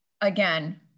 again